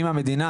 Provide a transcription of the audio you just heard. עם המדינה,